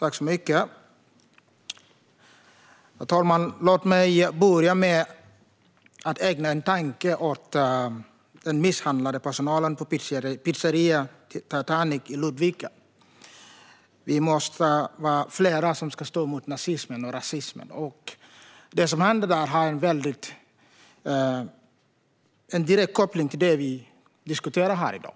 Herr talman! Låt mig börja med att ägna en tanke åt den misshandlade personalen på pizzeria Titanic i Ludvika. Vi måste vara fler som står upp mot nazismen och rasismen. Det som hände där har en direkt koppling till det vi diskuterar här i dag.